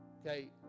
Okay